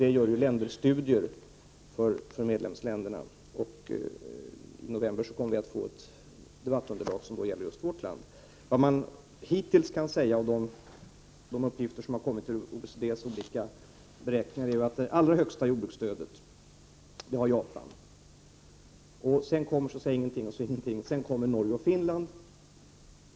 OECD gör ju s.k. länderstudier för de olika medlemsländerna, och i november kommer vi alltså att få ett diskussionsunderlag som gäller just vårt land. Vad vi hittills kan se är att Japan har det allra högsta jordbruksstödet, därefter kommer ingenting och ingenting och sedan kommer Norge och Finland.